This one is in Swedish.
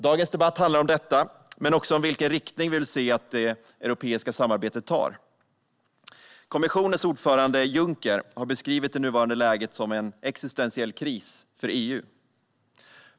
Dagens debatt handlar om detta, men den handlar också om vilken riktning vi vill se att det europeiska samarbetet tar. Kommissionens ordförande Juncker har beskrivit det nuvarande läget som en existentiell kris för EU.